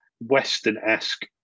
Western-esque